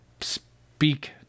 speak